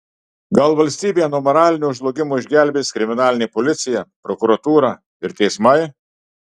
gal valstybę nuo moralinio žlugimo išgelbės kriminalinė policija prokuratūra ir teismai